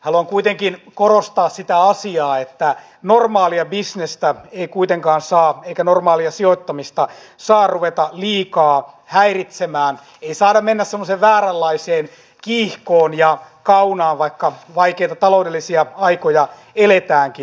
haluan kuitenkin korostaa sitä asiaa että normaalia bisnestä ei kuitenkaan saa eikä normaalia sijoittamista saa ruveta liikaa häiritsemään ei saada mennä semmoiseen vääränlaiseen kiihkoon ja kaunaan vaikka vaikeita taloudellisia aikoja eletäänkin